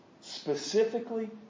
Specifically